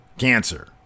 Cancer